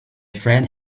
friend